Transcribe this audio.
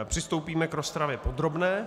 Přistoupíme k rozpravě podrobné.